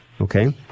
Okay